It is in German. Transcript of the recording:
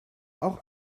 auch